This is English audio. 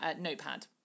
notepad